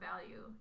value